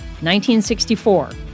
1964